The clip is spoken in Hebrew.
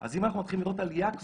אז אם אנחנו מתחילים לראות עלייה כבר,